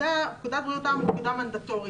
פקודת בריאות העם היא פקודה מנדטורית